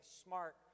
smart